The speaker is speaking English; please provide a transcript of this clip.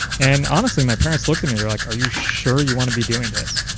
and honestly, my parents looked at me, they're like, are you sure you want to be doing this?